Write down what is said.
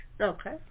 Okay